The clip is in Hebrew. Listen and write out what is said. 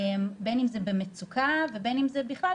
בין אם זה במצוקה ובין אם זה בכלל,